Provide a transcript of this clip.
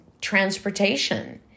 transportation